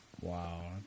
wow